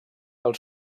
del